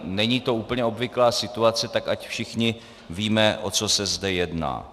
Není to úplně obvyklá situace, tak ať všichni víme, o co se zde jedná.